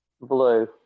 blue